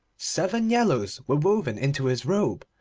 seven yellows were woven into his robe,